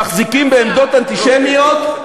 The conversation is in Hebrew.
מחזיקים בעמדות אנטישמיות,